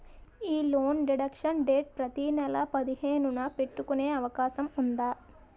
నా loan deduction date ప్రతి నెల పదిహేను న పెట్టుకునే అవకాశం ఉందా?